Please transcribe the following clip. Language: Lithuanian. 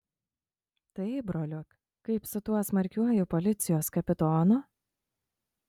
taip broliuk kaip su tuo smarkiuoju policijos kapitonu